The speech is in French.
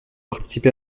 participé